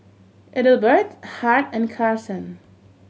Ethelbert Hart and Carson